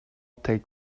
take